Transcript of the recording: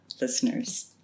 listeners